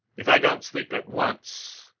if i don't sleep at once,